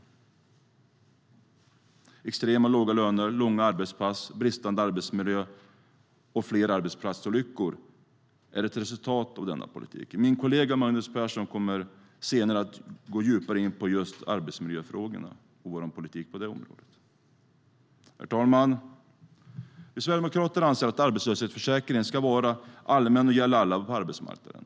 Extremt låga löner, långa arbetspass, bristande arbetsmiljö och fler arbetsplatsolyckor är ett resultat av denna politik. Min kollega Magnus Persson kommer senare att gå djupare in på just arbetsmiljöfrågorna och vår politik på det området. Herr talman! Vi sverigedemokrater anser att arbetslöshetsförsäkringen ska vara allmän och gälla alla på arbetsmarknaden.